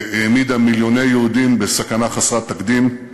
שהעמידה מיליוני יהודים בסכנה חסרת תקדים,